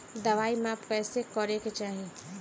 दवाई माप कैसे करेके चाही?